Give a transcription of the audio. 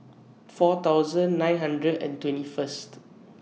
four thousand nine hundred and twenty First